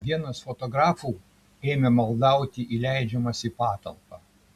vienas fotografų ėmė maldauti įleidžiamas į patalpą